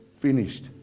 finished